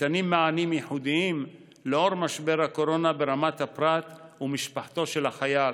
ניתנים מענים ייחודיים לנוכח משבר הקורונה ברמת הפרט ומשפחתו של החייל,